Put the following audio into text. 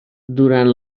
durant